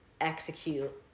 execute